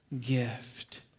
gift